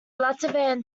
latvian